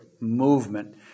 movement